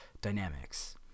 dynamics